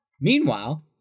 Meanwhile